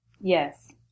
Yes